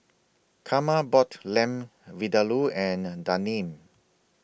Carma bought Lamb Vindaloo and A Daneen